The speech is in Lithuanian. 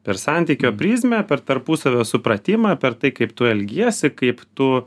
per santykio prizmę per tarpusavio supratimą per tai kaip tu elgiesi kaip tu